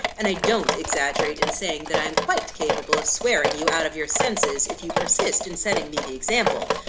and i don't exaggerate in saying, that i am quite capable of swearing you out of your senses, if you persist in setting me the example.